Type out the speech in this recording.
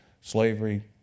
Slavery